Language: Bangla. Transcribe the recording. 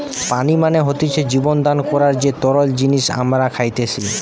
পানি মানে হতিছে জীবন দান করার যে তরল জিনিস আমরা খাইতেসি